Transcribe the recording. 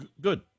Good